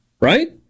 right